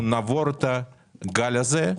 אנחנו נעבור את הגל הזה.